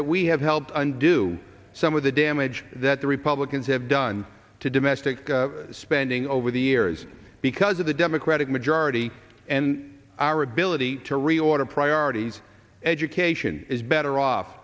that we have helped undo some of the damage that the republicans have done to domestic spending over the years because of the democratic majority and our ability to reorder priorities education is better off